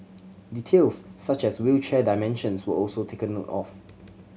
details such as wheelchair dimensions were also taken note of